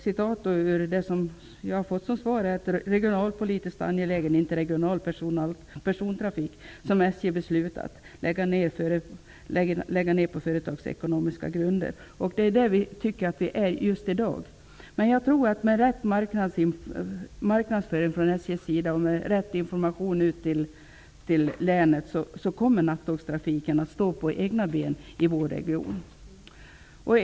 Som det står i svaret jag fick: ''regionalpolitiskt angelägen interregional persontrafik som SJ beslutat lägga ner på företagsekonomiska grunder.'' Det är där vi tycker att vi står just i dag. Men jag tror att med rätt marknadsföring från SJ:s sida och med riktig information till länet kommer nattågstrafiken att stå på egna ben i vår region.